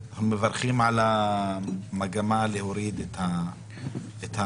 אנחנו מברכים על המגמה להוריד את האגרות,